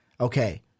okay